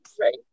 Right